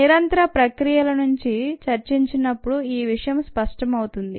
నిరంతర ప్రక్రియల గురించి చర్చించినప్పుడు ఈ విషయం స్పష్టమవుతుంది